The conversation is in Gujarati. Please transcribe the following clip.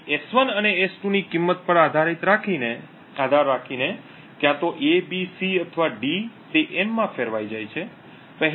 તેથી S1 અને s2 ની કિંમત પર આધાર રાખીને ક્યાં તો A B C અથવા D તે M માં ફેરવાઈ જાય છે